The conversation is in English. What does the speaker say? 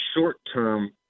short-term